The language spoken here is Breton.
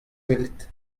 kwelet